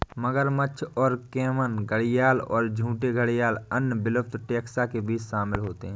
मगरमच्छ और कैमन घड़ियाल और झूठे घड़ियाल अन्य विलुप्त टैक्सा के बीच शामिल होते हैं